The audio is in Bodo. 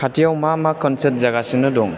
खाथियाव मा मा कनसार्ट जागासिनो दं